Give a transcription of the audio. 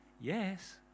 Yes